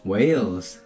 Wales